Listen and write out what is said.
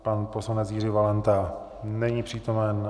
Pan poslanec Jiří Valenta není přítomen.